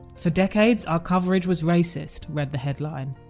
for decades, our coverage was racist', read the headline.